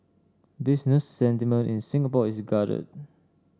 business sentiment in Singapore is guarded